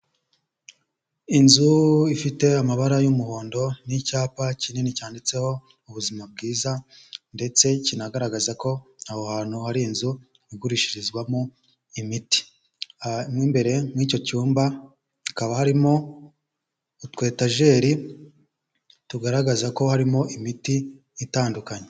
Inzu ifite amabara y'umuhondo n'icyapa kinini cyanditseho ubuzima bwiza ndetse kinagaragaza ko aho hantu hari inzu igurishirizwamo imiti. Mu imbere muri icyo cyumba hakaba harimo utu etajeri tugaragaza ko harimo imiti itandukanye.